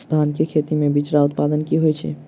धान केँ खेती मे बिचरा उत्पादन की होइत छी?